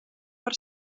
per